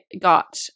got